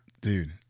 dude